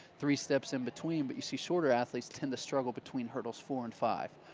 three steps in between. but you see shorter athletes tend to struggle between hurdles four and five.